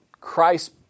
Christ